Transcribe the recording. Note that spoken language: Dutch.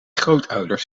grootouders